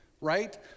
right